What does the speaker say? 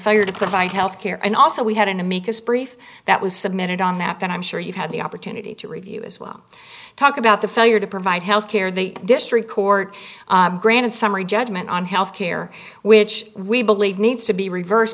failure to provide health care and also we had an amicus brief that was submitted on that and i'm sure you've had the opportunity to review as well talk about the failure to provide health care the district court granted summary judgment on health care which we believe needs to be reverse